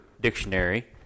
dictionary